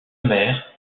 mère